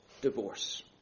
divorce